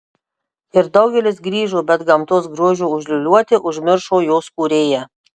ir daugelis grįžo bet gamtos grožio užliūliuoti užmiršo jos kūrėją